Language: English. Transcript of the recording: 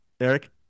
Eric